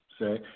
Say